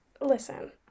Listen